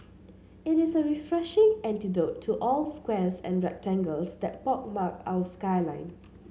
it is a refreshing antidote to all the squares and rectangles that pockmark our skyline